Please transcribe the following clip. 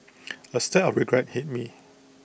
A stab of regret hit me